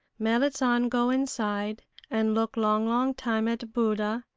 merrit san go inside and look long long time at buddha,